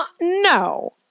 no